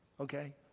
Okay